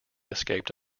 escaped